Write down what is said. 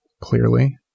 clearly